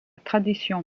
tradition